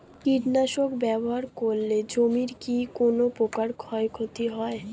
কীটনাশক ব্যাবহার করলে জমির কী কোন প্রকার ক্ষয় ক্ষতি হয়?